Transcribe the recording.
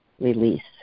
release